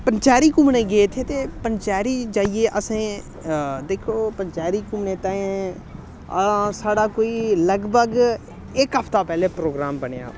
पंचैरी घुम्मने गी गे थे ते पंचैरी जाइयै असें दिक्खो पंचैरी घुम्मने ताईं हां साढ़ा कोई लगभग इक हफ्ता पैह्लें प्रोग्राम बनेआ